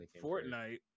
Fortnite